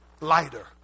lighter